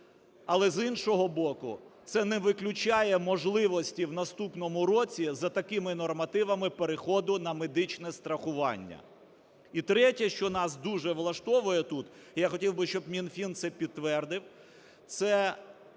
але з іншого боку, це не виключає можливості в наступному році за такими нормативами переходу на медичне страхування. І трете, що нас дуже влаштовує тут – я хотів би, щоб Мінфін це підтвердив – це